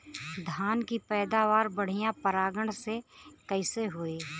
धान की पैदावार बढ़िया परागण से कईसे होई?